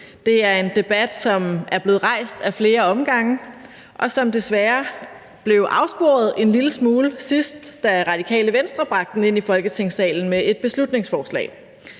Det er en debat, som er blevet rejst ad flere omgange, og som desværre blev afsporet en lille smule, sidst da Radikale Venstre bragte den ind i Folketingssalen med et beslutningsforslag.